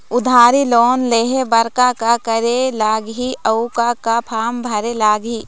उधारी लोन लेहे बर का का करे लगही अऊ का का फार्म भरे लगही?